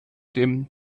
dem